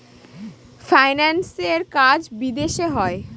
ফাইন্যান্সের কাজ বিদেশে হয়